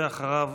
ואחריו,